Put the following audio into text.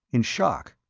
in shock.